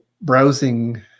browsing